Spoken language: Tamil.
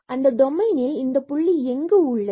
அந்த டொமைனில் இந்த புள்ளி எங்கு உள்ளது